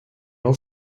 all